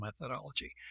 methodology